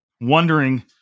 wondering